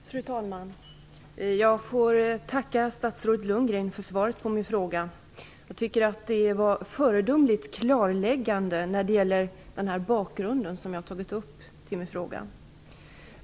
Fru talman! Jag får tacka statsrådet Lundgren för svaret på min fråga. Jag tycker att det var föredömligt klarläggande när det gäller bakgrunden, som jag tagit upp i min fråga.